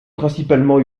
principalement